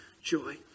joy